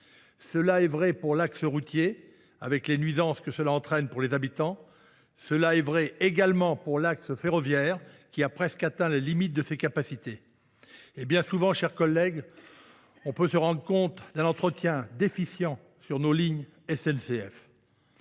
C’est vrai pour l’axe routier, avec les nuisances que cela entraîne pour les habitants, mais également pour l’axe ferroviaire, qui a presque atteint les limites de ses capacités. Bien souvent, mes chers collègues, on peut se rendre compte d’un entretien déficient sur nos lignes SNCF.